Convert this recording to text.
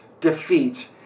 defeat